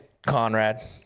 Conrad